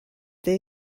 they